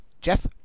Jeff